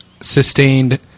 Sustained